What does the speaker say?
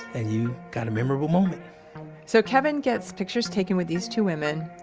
and you've got a memorable moment so kevin gets pictures taken with these two women,